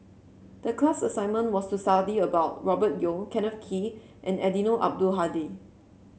the class assignment was to study about Robert Yeo Kenneth Kee and Eddino Abdul Hadi